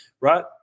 right